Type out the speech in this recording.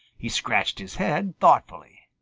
he scratched his head thoughtfully.